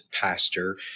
pastor